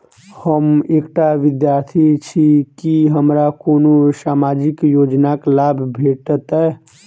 हम एकटा विद्यार्थी छी, की हमरा कोनो सामाजिक योजनाक लाभ भेटतय?